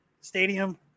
stadium